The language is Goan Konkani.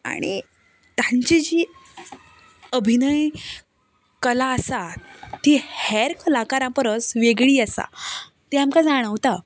आनी तांची जी अभिनय कला आसा ती हेर कलाकारां परस वेगळी आसा तें आमकां जाणवता